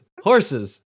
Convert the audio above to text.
Horses